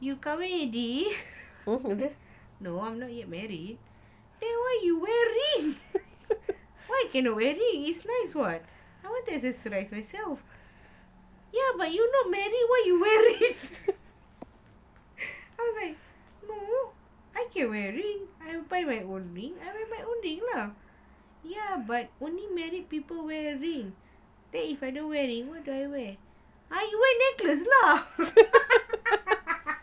you covering already no I'm not yet married then why you wear ring why I cannot wear ring it's nice [what] I want to dress nice myself yes but you not married why you wear ring I was like no I can wear ring I'm fine my own ring I wear my own ring lah yes but only married people wear ring then if I not wearing ring then what do I wear oh you wear necklace lah